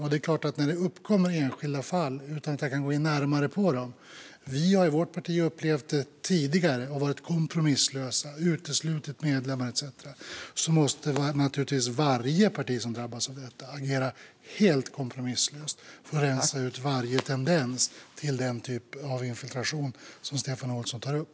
Jag kan inte gå in närmare på enskilda fall som uppkommer, men vi i vårt parti har upplevt det tidigare och varit kompromisslösa. Vi har uteslutit medlemmar etcetera. Det är klart att varje parti som drabbas av detta måste agera helt kompromisslöst och rensa ut varje tendens till den typ av infiltration som Stefan Olsson tar upp.